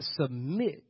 submit